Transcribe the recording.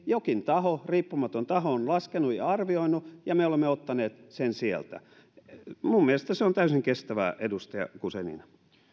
jokin taho riippumaton taho on laskenut ja arvioinut ja me olemme ottaneet sen sieltä minun mielestäni se on täysin kestävää edustaja guzenina